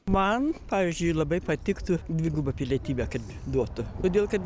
man pavyzdžiui labai patiktų dvigubą pilietybę kad duotų todėl kad